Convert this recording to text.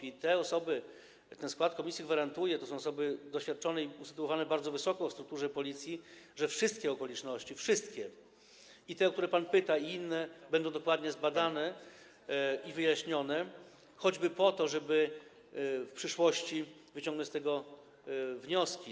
I te osoby, ten skład komisji, gwarantują - to są osoby doświadczone i usytuowane bardzo wysoko w strukturze Policji - że wszystkie okoliczności, wszystkie, i te, o które pan pyta, i inne, będą dokładnie zbadane i wyjaśnione, choćby po to, żeby w przyszłości wyciągnąć z tego wnioski.